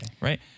right